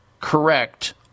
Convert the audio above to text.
correct